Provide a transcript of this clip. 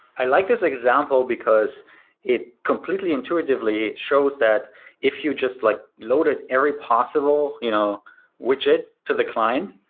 i like this example, because it completely intuitively shows that if you just like load it every possible you know widget to the client,